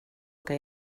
que